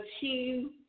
team